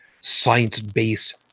science-based